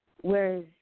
whereas